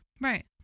Right